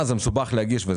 זה מסובך להגיש.